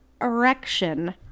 erection